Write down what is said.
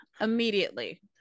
immediately